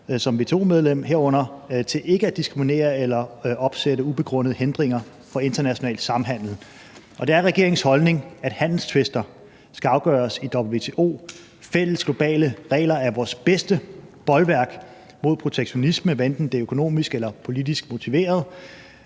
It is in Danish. som WTO-medlem, herunder forpligtelser til ikke at diskriminere eller opsætte ubegrundede hindringer for international samhandel. Og det er regeringens holdning, at handelstvister skal afgøres i WTO. Fælles globale regler er vores bedste bolværk mod protektionisme, hvad enten det er økonomisk eller politisk motiveret.